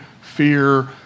fear